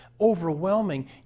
overwhelming